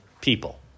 people